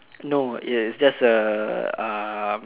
no it it's just a um